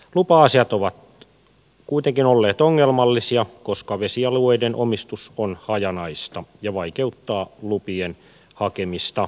lupa asiat ovat kuitenkin olleet ongelmallisia koska vesialueiden omistus on hajanaista ja vaikeuttaa lupien hakemista